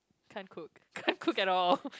can't cook can't cook at all